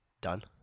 done